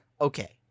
okay